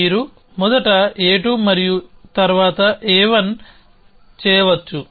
మీరు మొదట a2 మరియు తరువాత a1 చేయవచ్చు